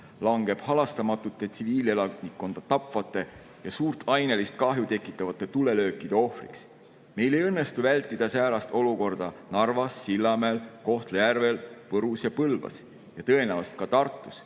langeb halastamatute tsiviilelanikkonda tapvate ja suurt ainelist kahju tekitavate tulelöökide ohvriks. Meil ei õnnestu vältida säärast olukorda Narvas, Sillamäel, Kohtla-Järvel, Võrus ja Põlvas ja tõenäoliselt ka Tartus,